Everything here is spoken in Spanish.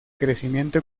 crecimiento